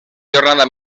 jornada